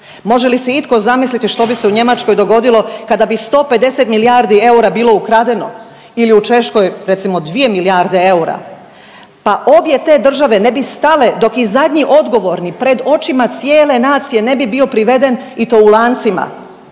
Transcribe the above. Može li si itko zamisliti što bi se u Njemačkoj dogodilo kada bi 150 milijardi eura bilo ukradeno ili u Češkoj recimo 2 milijarde eura? Pa obje te države ne bi stale dok i zadnji odgovorni pred očima cijele nacije ne bi bio priveden i to u lancima,